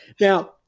Now-